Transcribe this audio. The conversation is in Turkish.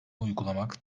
uygulamak